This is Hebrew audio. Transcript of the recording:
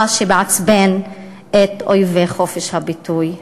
מה שמעצבן את אויבי חופש הביטוי,